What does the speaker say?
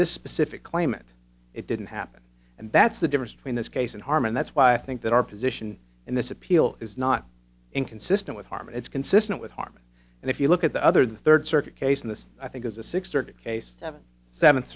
this specific claimant it didn't happen and that's the difference between this case and harm and that's why i think that our position in this appeal is not inconsistent with harman it's consistent with harman and if you look at the other the third circuit case and this i think is a six case seven seven